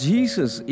Jesus